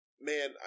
Man